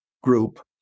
group